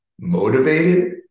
motivated